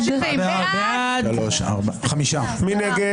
מי נגד?